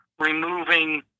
removing